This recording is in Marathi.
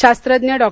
शास्त्रज्ञ डॉ